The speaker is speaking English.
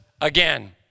again